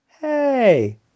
Hey